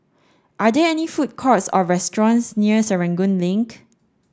are there any food courts or restaurants near Serangoon Link